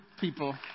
people